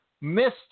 missed